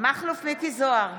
מיקי זוהר,